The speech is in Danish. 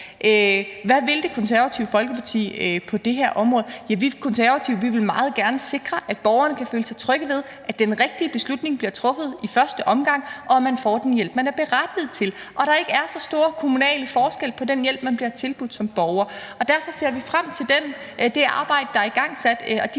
Hvad vil Det Konservative Folkeparti på det her område? Ja, vi Konservative vil meget gerne sikre, at borgerne kan føle sig trygge ved, at den rigtige beslutning bliver truffet i første omgang, at man får den hjælp, man er berettiget til, og at der ikke er så store kommunale forskelle på den hjælp, man bliver tilbudt som borger. Derfor ser vi frem til det arbejde, der er igangsat, og de